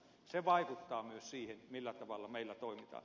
se vaikuttaa myös siihen millä tavalla meillä toimitaan